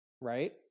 right